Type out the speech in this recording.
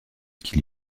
qui